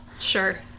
Sure